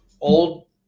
old